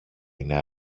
είναι